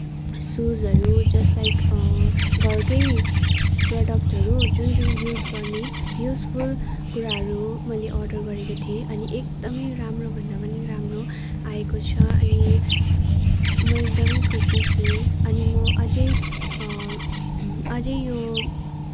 सुजहरू just like घरकै प्रडक्टहरू जुन जुन युज गर्ने युजफुल कुराहरू मैले अर्डर गरेको थिएँ अनि एकदमै राम्रोभन्दा पनि राम्रो आएको छ अनि म एकदमै खुसी छु अनि म अझै अझै यो